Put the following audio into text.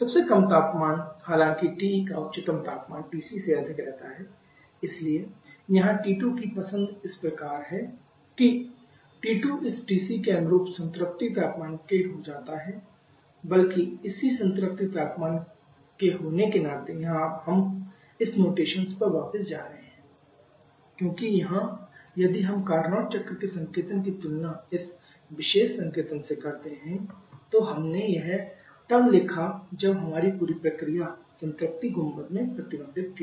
सबसे कम तापमान हालांकि TE का उच्चतम तापमान TC से अधिक रहता है इसलिए यहाँ T2 की पसंद इस प्रकार है कि T2 इस TC के अनुरूप संतृप्ति तापमान के बराबर हो जाता है बल्कि इसी संतृप्ति तापमान के होने के नाते यहाँ हम इस नोटेशंस पर वापस जा रहे हैं T2TsatPc क्योंकि यहाँ यदि हम कार्नोट चक्र के संकेतन की तुलना इस विशेष संकेतन से करते हैं तो हमने यह तब लिखा जब हमारी पूरी प्रक्रिया संतृप्ति गुंबद में प्रतिबंधित थी